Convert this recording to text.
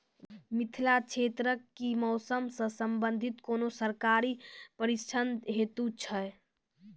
मिथिला क्षेत्रक कि मौसम से संबंधित कुनू सरकारी प्रशिक्षण हेतु छै?